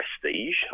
prestige